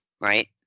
right